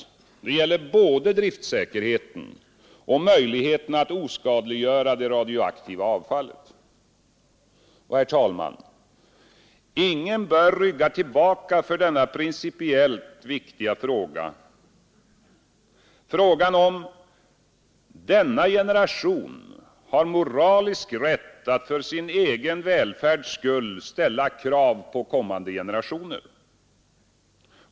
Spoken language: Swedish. Detta gäller både driftssäkerheten och möjligheten att oskadliggöra det radioaktiva avfallet. Herr talman! Ingen bör rygga tillbaka inför denna principiellt viktiga fråga, frågan om denna generation har moralisk rätt att för sin egen välfärds skull ställa krav på kommande generationer.